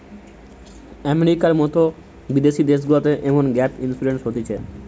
আমেরিকার মতো বিদেশি দেশগুলাতে এমন গ্যাপ ইন্সুরেন্স হতিছে